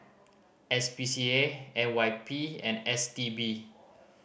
S P C A N Y P and S T B